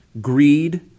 greed